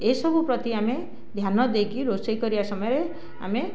ଏଇ ସବୁ ପ୍ରତି ଆମେ ଧ୍ୟାନ ଦେଇକି ରୋଷେଇ କରିବା ସମୟରେ ଆମେ